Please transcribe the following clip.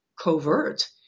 covert